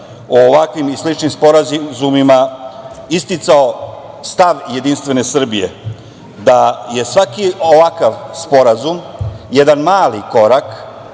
o ovakvim i sličnim sporazumima isticao stav JS, da je svaki ovakav sporazum jedan mali korak